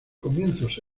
comienzos